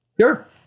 Sure